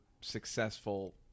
successful